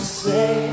say